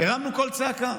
הרמנו קול צעקה.